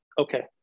okay